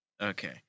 Okay